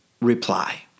reply